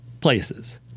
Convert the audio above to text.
places